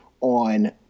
on